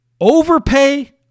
Overpay